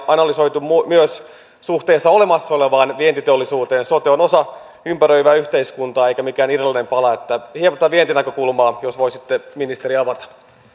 analysoitu myös suhteessa olemassa olevaan vientiteollisuuteen sote on osa ympäröivää yhteiskuntaa eikä mikään irrallinen pala niin että hieman tätä vientinäkökulmaa jos voisitte ministeri avata